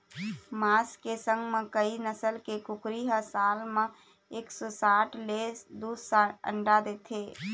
मांस के संग म कइ नसल के कुकरी ह साल म एक सौ साठ ले दू सौ अंडा देथे